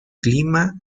clima